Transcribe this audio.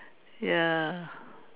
ya